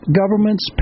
governments